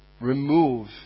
remove